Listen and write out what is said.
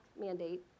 mandate